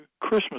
Christmas